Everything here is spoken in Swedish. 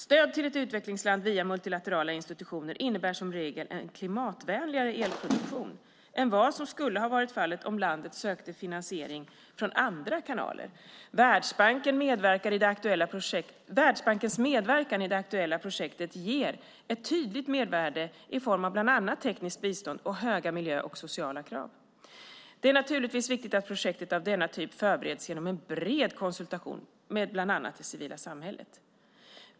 Stöd till ett utvecklingsland via multilaterala institutioner innebär som regel en klimatvänligare elproduktion än vad som skulle ha varit fallet om landet sökte finansiering från andra kanaler. Världsbankens medverkan i det aktuella projektet ger ett tydligt mervärde i form av bland annat tekniskt bistånd och höga miljö och sociala krav. Det är naturligtvis viktigt att projekt av denna typ förbereds genom en bred konsultation av bland annat det civila samhället.